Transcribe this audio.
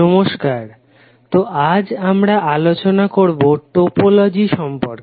নমস্কার তো আজ আমরা আলোচনা করবো টোপোলজি সম্পর্কে